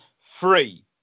three